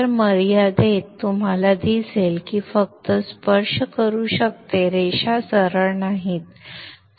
तर मर्यादेत तुम्हाला दिसेल की ते फक्त स्पर्श करू शकते रेषा सरळ नाहीत